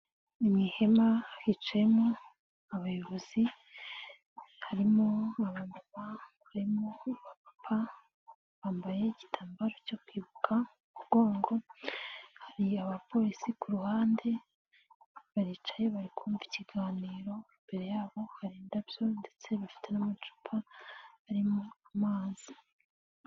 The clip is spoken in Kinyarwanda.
Ni mu ihema hicayemo abayobozi, harimo aba mama, harimo aba papa bambaye igitambaro cyo kwibuka mu mugongo, hari abapolisi ku ruhande baricaye bari kumva ikiganiro, imbere yabo hari indabyo ndetse bafite n'amacupa arimo amazi.